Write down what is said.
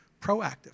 proactive